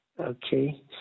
Okay